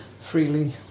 freely